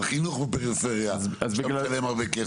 על חינוך בפריפריה, שאתה משלם הרבה כסף.